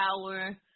power